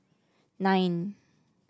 nine